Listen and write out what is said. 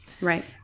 Right